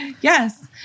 Yes